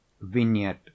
Vignette